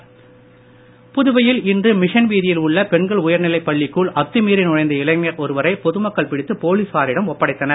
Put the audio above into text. அத்தமீறல் புதுவையில் இன்று மிஷன் வீதியில் உள்ள பெண்கள் உயர்நிலைப் பள்ளிக்குள் அத்துமீறி நுழைந்த இளைஞர் ஒருவரை பொதுமக்கள் பிடித்து போலீசாரிடம் ஒப்படைத்தனர்